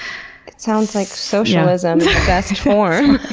it sounds like socialism, the best form.